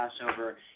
Passover